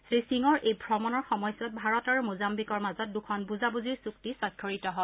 শ্ৰীসিঙৰ এই ভ্ৰমণৰ সময়ছোৱাত ভাৰত আৰু মোজাম্বিকৰ মাজত দুখন বুজাবুজিৰ চুক্তি স্বাক্ষৰিত হয়